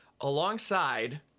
alongside